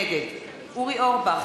נגד אורי אורבך,